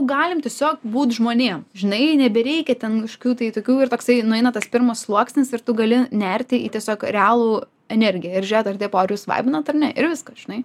galim tiesiog būt žmonėm žinai nebereikia ten kažkokių tai tokių ir toksai nueina tas pirmas sluoksnis ir tu gali nerti į tiesiog realų energiją ir žiūrėt ar tipo ar jūs vaibinat ar ne ir viskas žinai